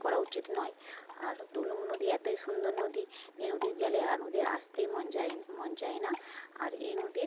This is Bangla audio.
করা উচিত নয় আর ডুলুং নদী এতোই সুন্দর নদী যে নদীর জলে আর নদীর আসতেই মন যায় মন চায় না আর এই নদীর